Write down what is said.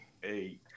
hey